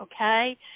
Okay